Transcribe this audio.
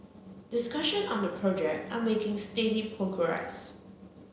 discussion on the project are making steady progress